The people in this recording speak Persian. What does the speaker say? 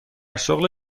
شغل